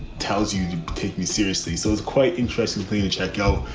tells you to take me seriously. so it was quite interesting thing to check out.